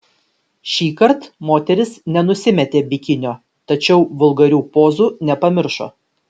šįkart moteris nenusimetė bikinio tačiau vulgarių pozų nepamiršo